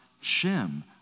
Shem